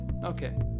Okay